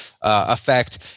effect